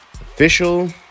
Official